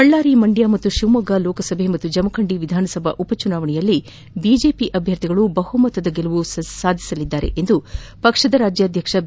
ಬಳ್ಳಾರಿ ಮಂಡ್ಕ ಹಾಗೂ ಶಿವಮೊಗ್ಗ ಲೋಕಸಭೆ ಹಾಗೂ ಜಮಖಂಡಿಯ ವಿಧಾನಸಭಾ ಉಪಚುನಾವಣೆಯಲ್ಲಿ ಬಿಜೆಪಿ ಪಕ್ಷದ ಅಭ್ಯರ್ಥಿಗಳು ಬಹುಮತದಿಂದ ಗೆಲುವು ಸಾಧಿಸಲಿದ್ದಾರೆ ಎಂದು ಪಕ್ಷದ ರಾಜ್ಯಾಧ್ಯಕ್ಷ ಬಿ